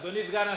אדוני סגן השר.